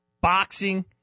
boxing